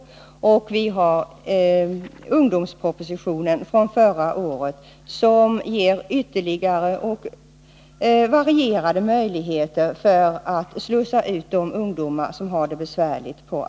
Jag vill också erinra om ungdomspropositionen från förra året, som ger ytterligare och mer varierade möjligheter att på arbetsmarknaden slussa ut de ungdomar som har det besvärligt.